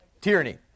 tyranny